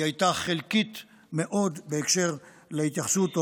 היא הייתה חלקית מאוד בהקשר להתייחסות,